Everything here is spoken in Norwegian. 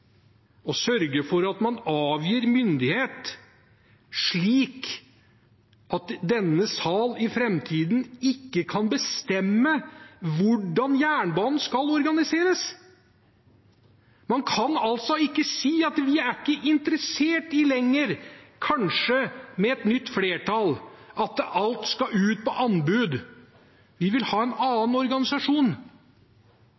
å sørge for at man avgir myndighet slik at denne sal i framtiden ikke kan bestemme hvordan jernbanen skal organiseres – man kan altså ikke si at vi ikke lenger er interessert i, kanskje med et nytt flertall, at alt skal ut på anbud, vi vil ha en